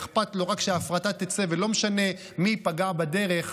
ואכפת לו רק שההפרטה תצא ולא משנה מי ייפגע בדרך,